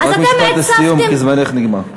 רק משפט סיום כי זמנך נגמר.